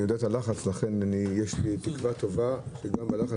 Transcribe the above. אני יודע את הלחץ לכן יש לי תקווה טובה שגם בלחץ